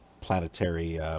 planetary